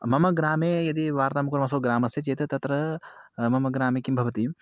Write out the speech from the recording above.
मम ग्रामे यदि वार्तां कुर्मः सः ग्रामस्य चेत् तत्र मम ग्रामे किं भवति